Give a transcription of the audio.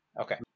okay